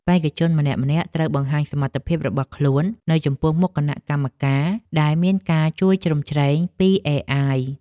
បេក្ខជនម្នាក់ៗត្រូវបង្ហាញសមត្ថភាពរបស់ខ្លួននៅចំពោះមុខគណៈកម្មការដែលមានការជួយជ្រោមជ្រែងពីអេអាយ។